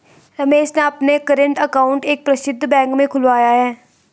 रमेश ने अपना current account एक प्रसिद्ध बैंक में खुलवाया है